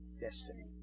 destiny